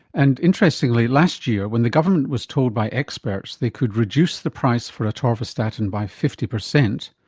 and interestingly last year when the government was told by experts they could reduce the price for atorvastatin by fifty percent,